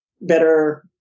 better